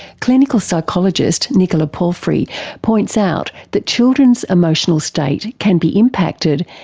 clinical psychologist nicola palfrey points out that children's emotional state can be impacted,